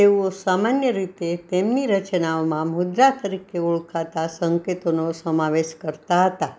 તેઓ સામાન્ય રીતે તેમની રચનાઓમાં મુદ્રા તરીકે ઓળખાતા સંકેતોનો સમાવેશ કરતા હતા